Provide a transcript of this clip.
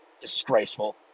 Disgraceful